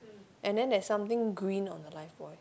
and then there's something green on the life bouy